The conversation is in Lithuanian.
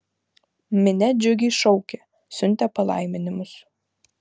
minia džiugiai šaukė siuntė palaiminimus